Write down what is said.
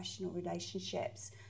relationships